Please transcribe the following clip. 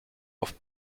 auf